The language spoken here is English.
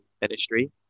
ministry